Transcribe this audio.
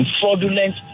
fraudulent